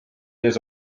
ees